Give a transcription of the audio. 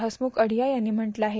हसमुख अढिया यांनी म्हटलं आहे